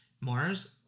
Mars